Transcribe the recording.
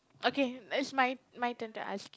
okay it's my my turn to ask you